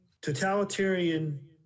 totalitarian